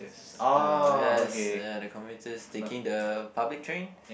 the yes ya the commuters taking the public train